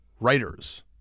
writers